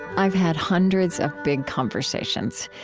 i've had hundreds of big conversations,